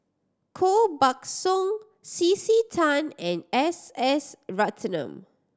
Koh Buck Song C C Tan and S S Ratnam